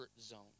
zone